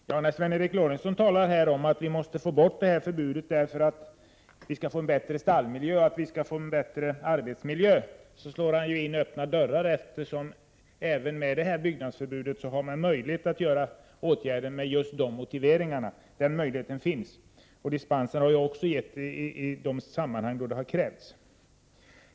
Fru talman! När Sven Eric Lorentzon säger att detta förbud bör tas bort för att man skall åstadkomma en bättre stallmiljö och en bättre arbetsmiljö slår han ju in öppna dörrar, eftersom man trots detta byggnadsförbud har möjlighet att vidta åtgärder med just dessa motiveringar. Dispenser har också getts i de sammanhang där det har krävts.